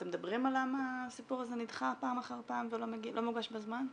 אתם מדברים על למה הסיפור הזה נדחה פעם אחר פעם ולא מוגש בזמן?